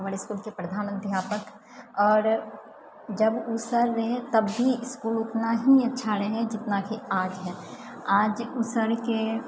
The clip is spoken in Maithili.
हमर इसकुलके प्रधान अध्यापक आओर जब ओ सर रहै तब ही ओ इसकुल उतना ही अच्छा रहै जितनाकि आज है आज ओ सरके